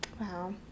wow